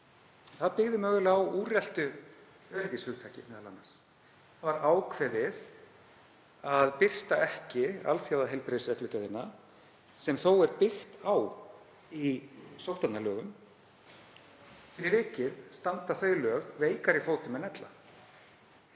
ekki byggði mögulega á úreltu öryggishugtaki meðal annars. Það var ákveðið að birta ekki alþjóðaheilbrigðisreglugerðina sem þó er byggt á í sóttvarnalögum. Fyrir vikið standa þau lög veikari fótum en ella.